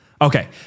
Okay